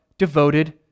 devoted